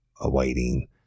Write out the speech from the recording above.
awaiting